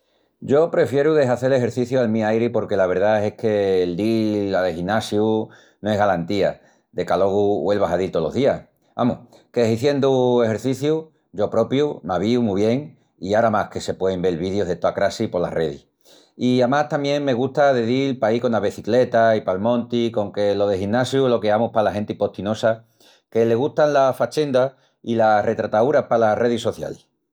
Yo prefieru de hazel exerciciu al mi airi porque la verdá es qu'el dil al ginasiu no es galantía de qu'alogu güelvas a dil tolos días. Amus, que hiziendu exerciciu yo propiu m'avíu mu bien i ara más que se puein vel vidius de toa crassi polas redis. I amás tamién me gusta de dil paí cona becicleta i pal monti conque lo del ginasiu lo queamus pala genti postinosa que le gustan las fachendas i las retrataúras palas redis socialis.